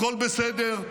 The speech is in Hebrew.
הכול בסדר.